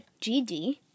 GD